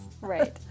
Right